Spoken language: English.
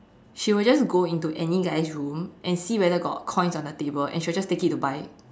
she will just go into any guy's room and see whether got coins on the table and she'll just take it to buy